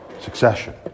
succession